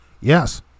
Yes